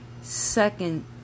second